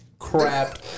Crap